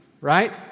right